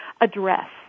address